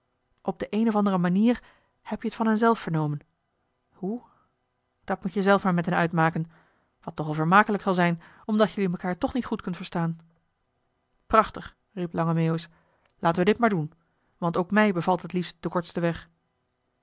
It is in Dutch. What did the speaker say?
op de een of andere manier heb-je t van henzelf vernomen hoe dat moet-je zelf maar met hen uitmaken wat nogal vermakelijk zal zijn omdat jelui mekaar toch niet goed kunt verstaan prachtig riep lange meeuwis laten we dit maar doen want ook mij bevalt het liefst de kortste weg